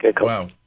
Wow